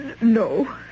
no